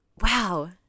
Wow